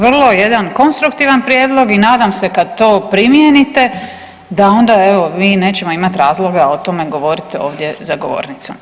Vrlo jedan konstruktivan prijedlog i nadam se kad to primijenite da onda evo mi nećemo imat razloga o tome govorit ovdje za govornicom.